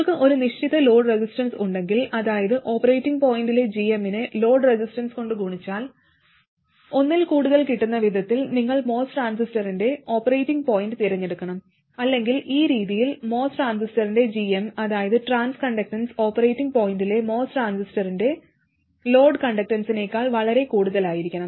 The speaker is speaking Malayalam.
നിങ്ങൾക്ക് ഒരു നിശ്ചിത ലോഡ് റെസിസ്റ്റൻസ് ഉണ്ടെങ്കിൽ അതായത് ഓപ്പറേറ്റിംഗ് പോയിന്റിലെ gm നെ ലോഡ് റെസിസ്റ്റൻസ് കൊണ്ട് ഗുണിച്ചാൽ ഒന്നിൽ കൂടുതൽ കിട്ടുന്ന വിധത്തിൽ നിങ്ങൾ MOS ട്രാൻസിസ്റ്ററിന്റെ ഓപ്പറേറ്റിംഗ് പോയിന്റ് തിരഞ്ഞെടുക്കണം അല്ലെങ്കിൽ ഈ രീതിയിൽ MOS ട്രാൻസിസ്റ്ററിന്റെ gm അതായത് ട്രാൻസ്കണ്ടക്റ്റൻസ് ഓപ്പറേറ്റിംഗ് പോയിന്റിലെ MOS ട്രാൻസിസ്റ്ററിന്റെ ലോഡ് കണ്ടക്റ്റൻസിനേക്കാൾ വളരെ കൂടുതലായിരിക്കണം